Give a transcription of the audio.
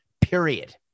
Period